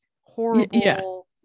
horrible